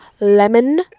lemon